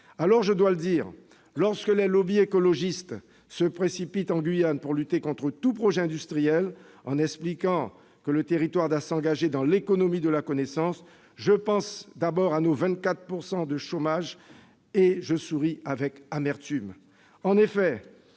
Alors, je dois le dire : lorsque les lobbies écologistes se précipitent en Guyane pour lutter contre tout projet industriel en expliquant que le territoire doit s'engager dans l'économie de la connaissance, je pense d'abord à nos 24 % de chômage et je souris avec amertume.